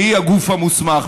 שהיא הגוף המוסמך.